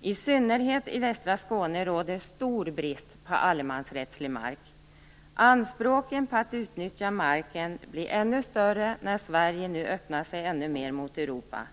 I synnerhet i västra Skåne råder stor brist på allemansrättslig mark. Anspråken på att utnyttja marken blir ännu större när Sverige nu öppnar sig ännu mera mot Europa.